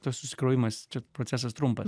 tas susikrovimas čia procesas trumpas